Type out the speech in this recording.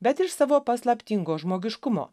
bet iš savo paslaptingo žmogiškumo